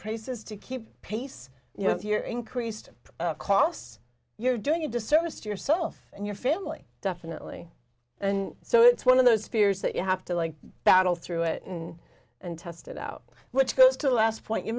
prices to keep pace you know if you're increased costs you're doing a disservice to yourself and your family definitely and so it's one of those fears that you have to like battle through it in and tested out which goes to the last point you